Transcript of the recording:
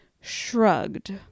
shrugged